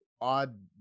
odd